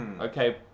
Okay